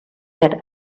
said